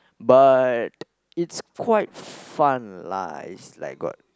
but it's quite fun lah it's like got